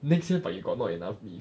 next year but you got not enough leave